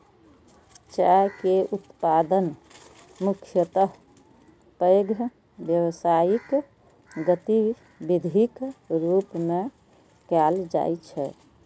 चाय के उत्पादन मुख्यतः पैघ व्यावसायिक गतिविधिक रूप मे कैल जाइ छै